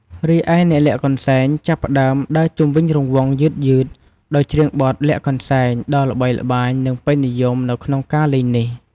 រីឯ អ្នកលាក់កន្សែងចាប់ផ្តើម ដើរជុំវិញរង្វង់ យឺតៗ ដោយច្រៀងបទ "លាក់កន្សែង" ដ៏ល្បីល្បាញ និងពេញនិយមនៅក្នុងការលេងនេះ។